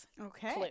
Okay